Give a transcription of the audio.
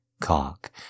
cock